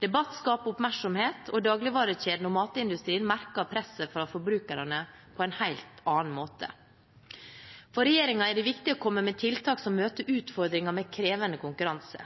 Debatt skaper oppmerksomhet, og dagligvarekjedene og matindustrien merker presset fra forbrukerne på en helt annen måte. For regjeringen er det viktig å komme med tiltak som møter utfordringer med krevende konkurranse.